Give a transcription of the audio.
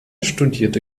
studierte